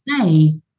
say